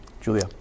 Julia